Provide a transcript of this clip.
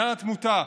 בעניין התמותה,